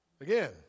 Again